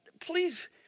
please